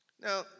Now